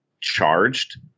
charged